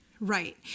Right